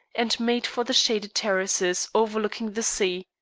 and made for the shaded terraces overlooking the sea.